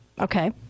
Okay